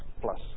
plus